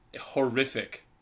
horrific